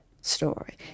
story